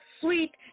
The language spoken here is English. sweet